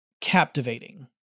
captivating